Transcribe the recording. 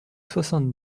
soixante